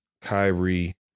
Kyrie